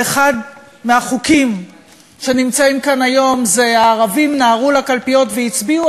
שאחד מהחוקים שנמצאים כאן היום זה "הערבים נהרו לקלפיות והצביעו,